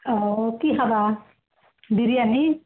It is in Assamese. অঁ কি খাবা বিৰিয়ানী